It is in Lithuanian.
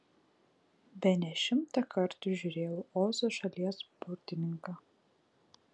bene šimtą kartų žiūrėjau ozo šalies burtininką